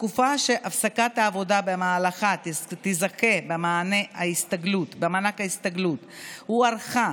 התקופה שהפסקת העבודה במהלכה תזכה במענק ההסתגלות הוארכה